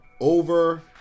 Over